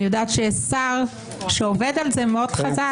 אני יודעת שיש שר שעובד על זה מאוד חזק.